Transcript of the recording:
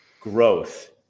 growth